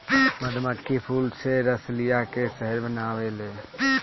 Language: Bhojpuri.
मधुमक्खी फूल से रस लिया के शहद बनावेले